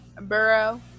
bro